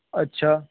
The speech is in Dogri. अच्छा